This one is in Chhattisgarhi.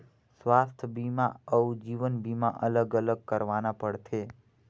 स्वास्थ बीमा अउ जीवन बीमा अलग अलग करवाना पड़थे?